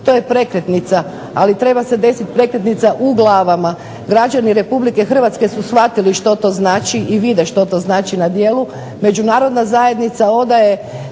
To je prekretnica, ali treba se desiti prekretnica u glavama. Građani RH su shvatili što to znači i vide što to znači na djelu. Međunarodna zajednica odaje